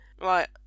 Right